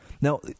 Now